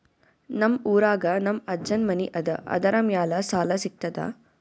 ನಮ್ ಊರಾಗ ನಮ್ ಅಜ್ಜನ್ ಮನಿ ಅದ, ಅದರ ಮ್ಯಾಲ ಸಾಲಾ ಸಿಗ್ತದ?